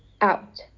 out